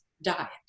diet